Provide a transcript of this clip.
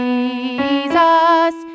Jesus